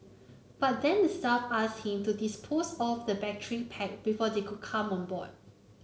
but then the staff asked him to dispose of the battery pack before they could come on boy